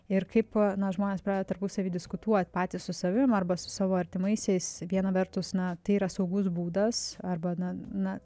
ir kaip žmonės pradeda tarpusavy diskutuot patys su savim arba su savo artimaisiais viena vertus na tai yra saugus būdas arba na na